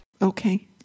Okay